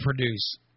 produce